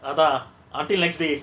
அதா:atha until next day